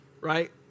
right